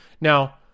Now